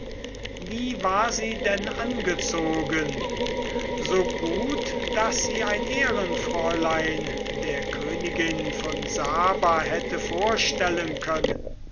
wie war sie denn angezogen so gut daß sie eine fille d'honneur der königin von saba hätte vorstellen können